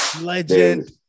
legend